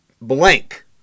blank